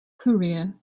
korea